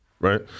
right